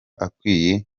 akwiye